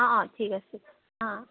অঁ অঁ ঠিক আছে অঁ